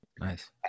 Nice